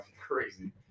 crazy